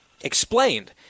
explained